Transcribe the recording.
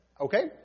Okay